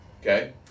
Okay